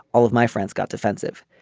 all of my friends got defensive.